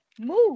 move